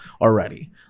already